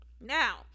Now